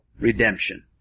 redemption